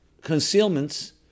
concealments